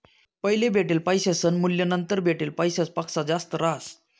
पैले भेटेल पैसासनं मूल्य नंतर भेटेल पैसासपक्सा जास्त रहास